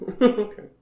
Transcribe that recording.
okay